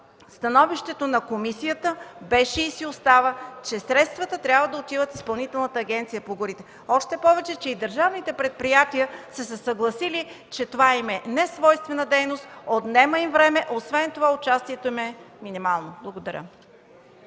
становището на комисията беше и си остава, че средствата трябва да отиват в Изпълнителната агенция по горите. Още повече, че и държавните предприятия са се съгласили, че това им е несвойствена дейност, отнема им време, а освен това участието им е минимално. Благодаря.